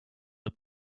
the